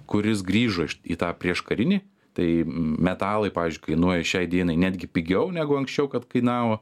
kuris grįžo į tą prieškarinį tai metalai pavyzdžiui kainuoja šiai dienai netgi pigiau negu anksčiau kad kainavo